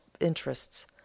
interests